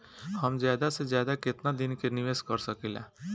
हम ज्यदा से ज्यदा केतना दिन के निवेश कर सकिला?